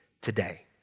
today